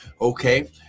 Okay